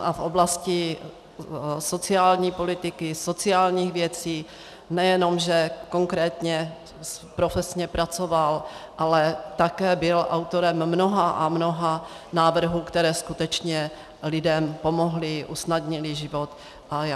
A v oblasti sociální politiky, sociálních věcí nejenom že konkrétně profesně pracoval, ale také byl autorem mnoha a mnoha návrhů, které skutečně lidem pomohly, usnadnily jim život.